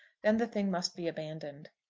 then the thing must be abandoned.